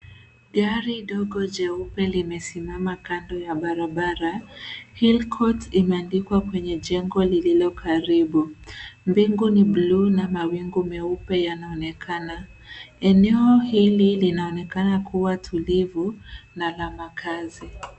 Gari ndogo jeupe limesimama kando ya barabara hill court imeandikwa kwenye jengo lililokaribu, mbingu ni blue na mawingu meupe yanaonekana, eneo hili linaonekana kuwa tukivu na la makazi.